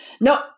No